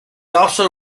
also